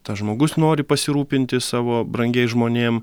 tas žmogus nori pasirūpinti savo brangiais žmonėm